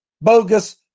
bogus